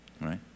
right